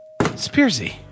Spearsy